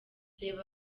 reba